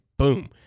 boom